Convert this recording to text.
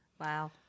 Wow